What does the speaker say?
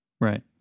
Right